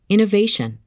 Innovation